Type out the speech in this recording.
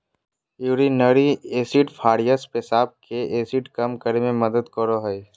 urinary acidifiers पेशाब के acid कम करे मे मदद करो हय